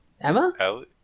Emma